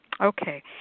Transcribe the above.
Okay